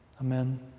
Amen